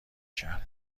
کرد